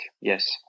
Yes